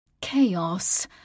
chaos